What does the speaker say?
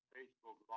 Facebook